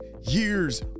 years